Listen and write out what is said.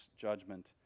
judgment